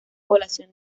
población